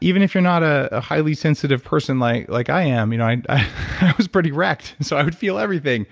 even if you're not a ah highly sensitive person, like like i am, you know i i was pretty wrecked so i would feel everything